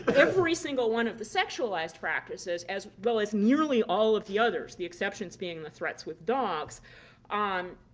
but every single one of the sexualized practices as well as nearly all of the others the exceptions being the threats with dogs um